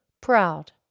proud